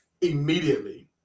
immediately